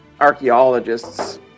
archaeologists